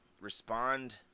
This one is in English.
respond